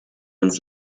uns